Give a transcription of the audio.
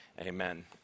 amen